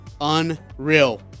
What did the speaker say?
Unreal